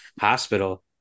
hospital